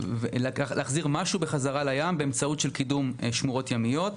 להחזיר משהו בחזרה לים באמצעות קידום של שמורות ימיות.